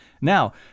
Now